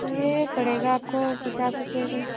यह पड़ेगा आपको पचास रुपये के